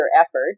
effort